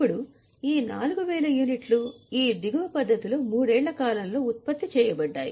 ఇప్పుడు ఈ 4000 యూనిట్లు ఈ దిగువ పద్ధతిలో మూడేళ్ళ కాలంలో ఉత్పత్తి చేయబడ్డాయి